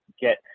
get